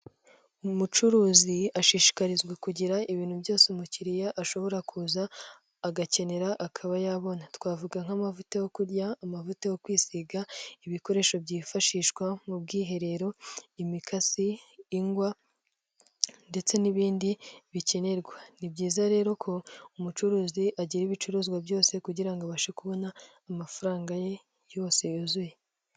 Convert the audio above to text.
Umucuruzi ashishikarizwa kugira ibintu byose umukiriya ashobora kuza agakenera akaba yabona, twavuga nk'amavuta yo kurya, amavuta yo kwisiga, ibikoresho byifashishwa mu bwiherero, imikasi, ingwa ndetse n'ibindi bikenerwa. Ni byiza rero ko umucuruzi agira ibicuruzwa byose kugira ngo abashe kubona amafaranga ye yose yuzuye.